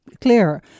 clear